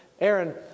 Aaron